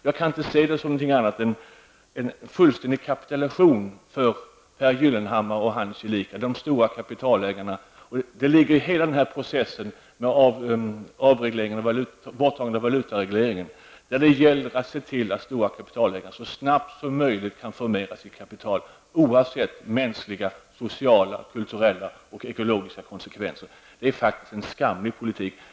Jag kan inte se det som någonting annat än en fullständig kapitulation för Pehr Gyllenhammar och hans gelikar, de stora kapitalägarna. Hela denna process med borttagandet av valutaregleringen -- där det gäller att se till att de stora kapitalägarna så snabbt som möjligt kan förmera sitt kapital oavsett mänskliga, sociala, kulturella och ekologiska konsekvenser -- är en skamlig politik.